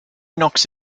knocks